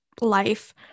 life